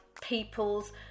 people's